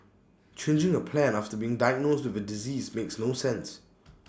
changing A plan after being diagnosed with A disease makes no sense